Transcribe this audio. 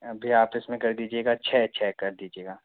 भैया आप इस में कर दीजिएगा छः छः कर दीजिएगा